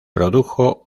produjo